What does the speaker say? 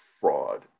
fraud